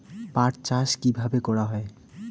পাট চাষ কীভাবে করা হয়?